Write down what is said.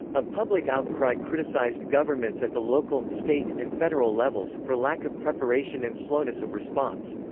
a public outcry criticized governments at the local, state, and federal levels, for lack of preparation and slowness of response.